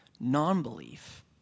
Non-belief